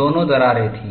दोनों दरारें थीं